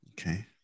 Okay